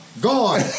gone